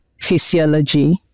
physiology